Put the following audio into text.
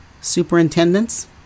Superintendents